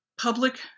public